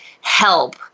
help